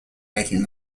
making